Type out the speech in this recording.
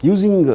Using